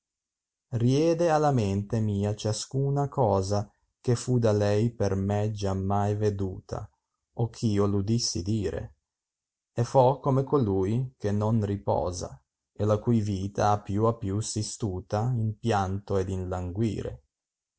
riede alla mente mia ciascuna cosa che fu dn lei per me giammai veduta o ch io v udissi dire fo come colui che non riposa e la cui vita a pin a più si stuta in pianto ed in languire